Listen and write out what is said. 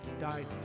died